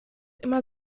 immer